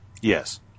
yes